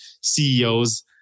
CEOs